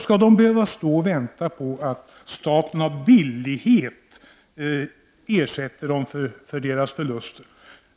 Skall de behöva vänta på att staten av billighet ersätter dem för deras förlust?